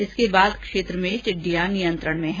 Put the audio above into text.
इसके बाद क्षेत्र में टिड़िडयां नियंत्रण में हैं